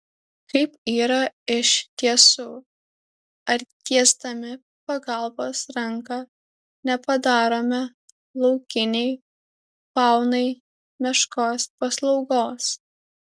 kaip yra iš tiesų ar tiesdami pagalbos ranką nepadarome laukiniai faunai meškos paslaugos